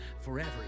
forever